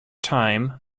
time